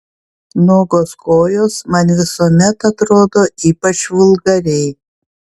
nuogos kojos man visuomet atrodo ypač vulgariai